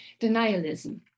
denialism